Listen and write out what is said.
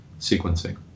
sequencing